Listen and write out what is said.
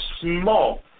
small